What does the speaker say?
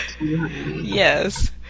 Yes